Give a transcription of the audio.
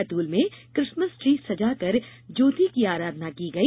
बैतूल में Christmas tree सजाकर ज्योति की आराधना की गई